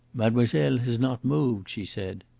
mademoiselle has not moved, she said.